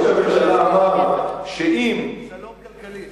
ראש הממשלה אמר שאם, שלום כלכלי.